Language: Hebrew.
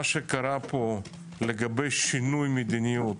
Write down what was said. מה שקרה פה לגבי שינוי מדיניות,